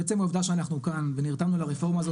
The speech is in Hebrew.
עצם העובדה שאנחנו כאן ונרתמנו לרפורמה הזאת